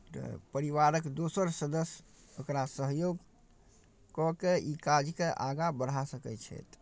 तऽ परिवारक दोसर सदस्य ओकरा सहयोग कऽ के ई काजके आगाँ बढ़ा सकै छथि